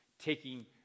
taking